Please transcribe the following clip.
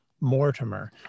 Mortimer